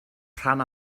rhan